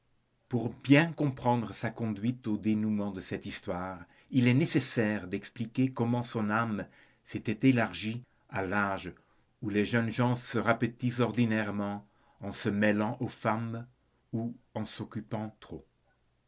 pour bien comprendre sa conduite au dénoûment de cette histoire il est nécessaire d'expliquer comment son âme s'était élargie à l'âge où les jeunes gens se rapetissent ordinairement en se mêlant aux femmes ou en s'en occupant trop